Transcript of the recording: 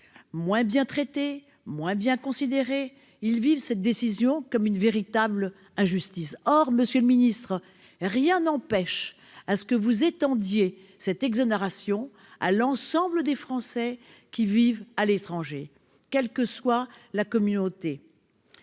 Moins bien traités, moins bien considérés, ils vivent cette décision comme une véritable injustice. Or, monsieur le ministre, rien ne vous empêche d'étendre cette exonération à l'ensemble des Français vivant à l'étranger, indépendamment de leur communauté.